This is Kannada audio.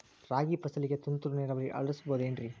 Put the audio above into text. ರಾಗಿ ಫಸಲಿಗೆ ತುಂತುರು ನೇರಾವರಿ ಅಳವಡಿಸಬಹುದೇನ್ರಿ?